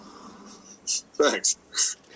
Thanks